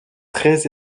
très